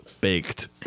baked